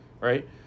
right